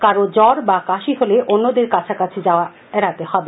কারো জ্বর বা কাশি হলে অন্যদের কাছাকাছি যাওয়া এডাতে হবে